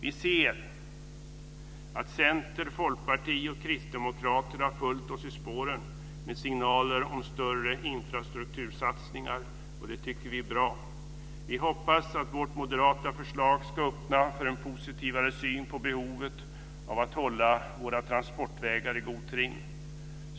Vi ser att center, folkparti och kristdemokrater har följt oss i spåren med signaler om större infrastruktursatsningar. Det är bra. Vi hoppas att vårt moderata förslag ska öppna för en positivare syn på behovet av att hålla våra transportvägar i god trim.